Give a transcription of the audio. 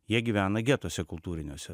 jie gyvena getuose kultūriniuose